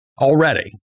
Already